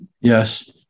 Yes